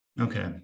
Okay